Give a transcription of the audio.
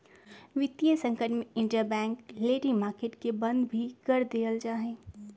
वितीय संकट में इंटरबैंक लेंडिंग मार्केट के बंद भी कर देयल जा हई